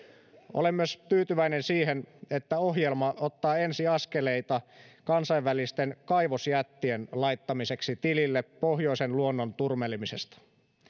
olen myös tyytyväinen siihen että ohjelma ottaa ensiaskeleita kansainvälisten kaivosjättien laittamiseksi tilille pohjoisen luonnon turmelemisesta